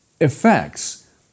effects